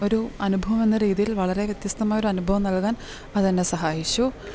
ഒരു അനുഭവം എന്ന രീതിയിൽ വളരെ വ്യത്യസ്തമായ ഒരു അനുഭവം നൽകാൻ അതെന്നെ സഹായിച്ചു